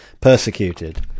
persecuted